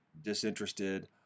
disinterested